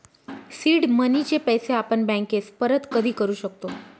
seed मनीचे पैसे आपण बँकेस परत कधी करू शकतो